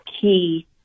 key